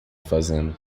fazendo